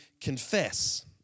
confess